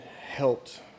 helped